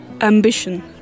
Ambition